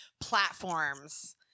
platforms